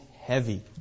heavy